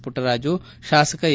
ಪುಟ್ನರಾಜು ಶಾಸಕ ಎ